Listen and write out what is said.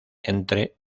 entre